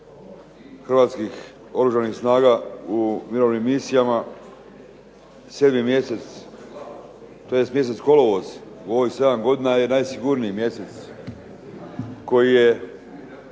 hrvatskih Oružanih snaga u mirovnim misijama sedmi mjesec, tj. mjesec kolovoz u ovih sedam godina je najsigurniji mjesec koji je